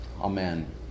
Amen